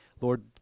Lord